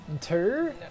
Two